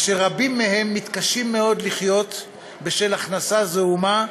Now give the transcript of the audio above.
אשר רבים מהם מתקשים מאוד לחיות בשל הכנסה זעומה,